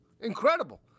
Incredible